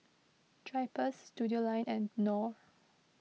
Drypers Studioline and Knorr